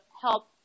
help